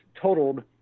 totaled